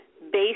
based